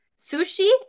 sushi